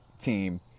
team